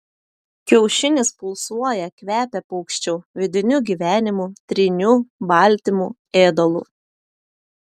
kiaušinis pulsuoja kvepia paukščiu vidiniu gyvenimu tryniu baltymu ėdalu